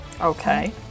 Okay